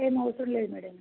ఏమి అవసరం లేదు మేడం